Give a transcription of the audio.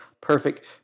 perfect